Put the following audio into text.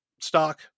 stock